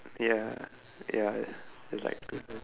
ya ya you there's like two